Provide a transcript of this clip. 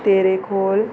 Terekhol